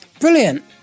brilliant